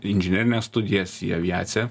inžinerines studijas į aviaciją